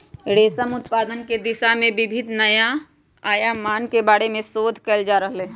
रेशम उत्पादन के दिशा में विविध नया आयामन के बारे में शोध कइल जा रहले है